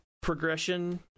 progression